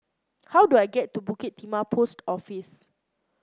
how do I get to Bukit Timah Post Office